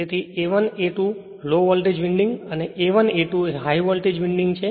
તેથી a1 a2 low voltage winding અને A 1 અને A 2 એ હાઇ વોલ્ટેજ વિન્ડિંગ છે